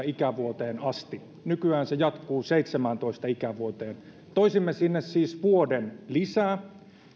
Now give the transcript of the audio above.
ikävuoteen asti nykyään se jatkuu seitsemääntoista ikävuoteen toisimme sinne siis vuoden lisää